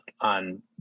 on